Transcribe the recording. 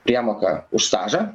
priemoka už stažą